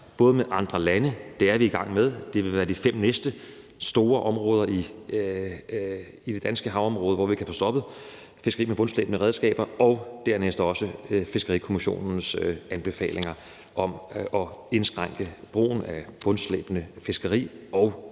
med andre lande – det er vi i gang med, og det er de fem næste store områder i det danske havområde, hvor vi kan få stoppet fiskeri med bundslæbende redskaber – og dernæst også Fiskerikommissionens anbefalinger om at indskrænke omfanget af bundslæbende fiskeri og